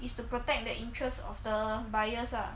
is to protect the interests of the buyers lah